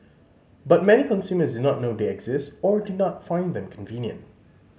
but many consumers do not know they exist or do not find them convenient